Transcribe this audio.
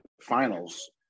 finals